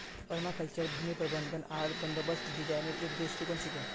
permaculture भूमि प्रबंधन आर बंदोबस्त डिजाइनेर एक दृष्टिकोण छिके